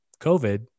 COVID